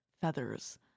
feathers